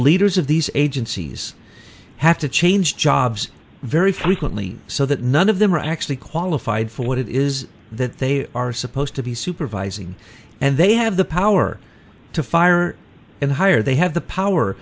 leaders of these agencies have to change jobs very frequently so that none of them are actually qualified for what it is that they are supposed to be supervising and they have the power to fire and hire they have the power